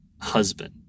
husband